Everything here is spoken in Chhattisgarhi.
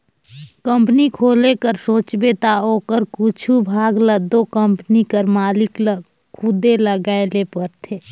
कंपनी खोले कर सोचबे ता ओकर कुछु भाग ल दो कंपनी कर मालिक ल खुदे लगाए ले परथे